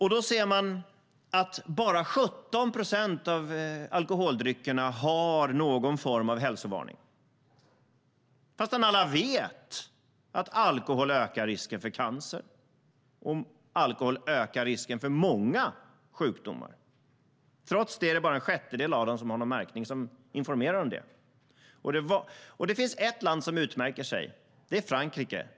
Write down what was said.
Här ser vi att bara 17 procent av alkoholdryckerna har någon form av hälsovarning fastän alla vet att alkohol ökar risken för cancer och många andra sjukdomar. Trots det är bara en sjättedel av alkoholen märkt med information om det. Det är ett land som utmärker sig, och det är Frankrike.